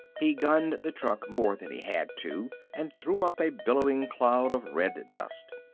he gunned the truck more than he had to and threw up a billowing cloud of red dust.